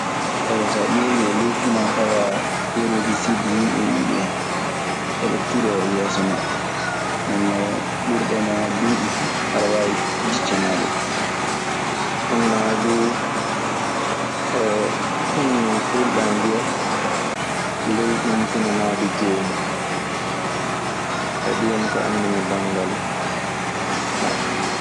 So a ƴeewii e ley finaa tawaa kooree di sid yimɓe muuɗun en, eɓe turoo e yeeso neɗɗo. Nden non ɓurɗoma duuɓi fuu aɗe waawi diccanaade ɗun. maa du fulɓe ana mbiya leyɗinkinanaade joomun. Aya ɗum woni ko anndumi banngal maɓɓe.